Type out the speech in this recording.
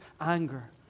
anger